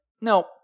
no